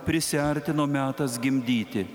prisiartino metas gimdyti